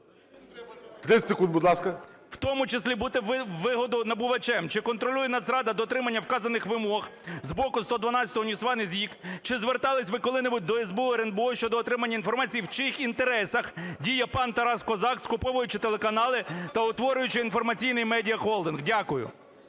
30 секунд, будь ласка.